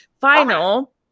final